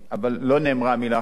אבל לא נאמרה המלה האחרונה,